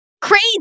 crazy